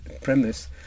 premise